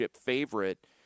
favorite